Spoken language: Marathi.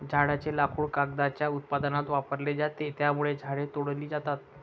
झाडांचे लाकूड कागदाच्या उत्पादनात वापरले जाते, त्यामुळे झाडे तोडली जातात